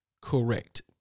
Correct